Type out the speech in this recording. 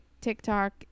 TikTok